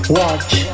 watch